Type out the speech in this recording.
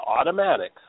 automatic